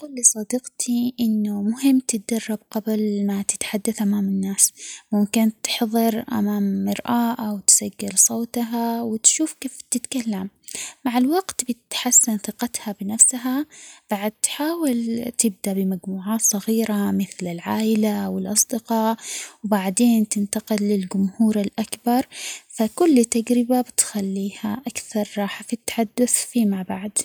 أقول لصديقتي إنو مهم تتدرب قبل ما تتحدث أمام الناس، ممكن تحظر أمام مرآة أو تسجل صوتها وتشوف كيف تتكلم مع الوقت تحسن ثقتها بنفسها بعد تحاول تبدأ بمجموعات صغيرة مثل العايلة والأصدقاء وبعدين تتنتقل للجمهور الأكبر فكل تجربة بتخليها أكثر راحة في التحدث فيما بعد.